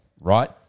right